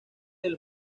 del